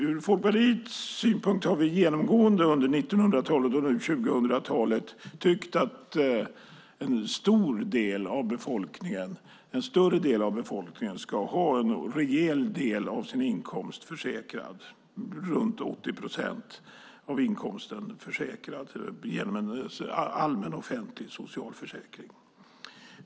Vi i Folkpartiet har genomgående under 1900-talet och nu under 2000-talet tyckt att en större del av befolkningen ska ha en rejäl del av sin inkomst försäkrad. Vi tycker att runt 80 procent av inkomsten ska vara försäkrad genom en allmän, offentlig socialförsäkring.